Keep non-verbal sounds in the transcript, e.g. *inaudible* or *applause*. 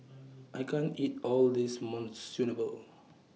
*noise* I can't eat All of This Monsunabe